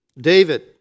David